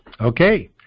Okay